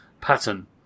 pattern